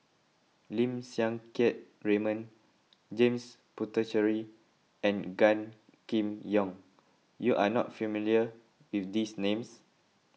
Lim Siang Keat Raymond James Puthucheary and Gan Kim Yong you are not familiar with these names